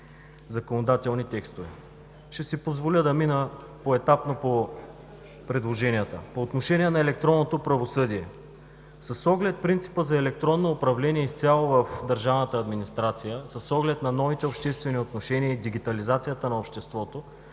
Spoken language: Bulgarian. законодателни текстове. Ще си позволя да мина поетапно по предложенията. По отношение на електронното правосъдие. С оглед принципа за електронно управление изцяло в държавната администрация, с оглед на новите обществени отношения и дигитализацията на обществото,